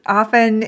often